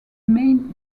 main